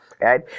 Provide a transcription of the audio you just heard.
right